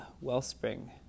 wellspring